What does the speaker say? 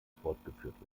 fortgeführt